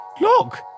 look